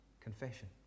confession